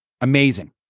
amazing